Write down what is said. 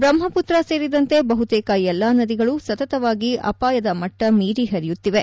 ಬ್ರಹ್ನಪುತ್ರಾ ಸೇರಿದಂತೆ ಬಹುತೇಕ ಎಲ್ಲ ನದಿಗಳು ಸತತವಾಗಿ ಅಪಾಯದ ಮಟ್ಟ ಮೀರಿ ಹರಿಯುತ್ತಿವೆ